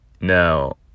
Now